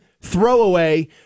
throwaway